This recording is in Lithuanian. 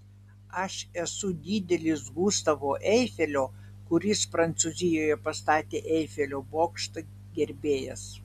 aš esu didelis gustavo eifelio kuris prancūzijoje pastatė eifelio bokštą gerbėjas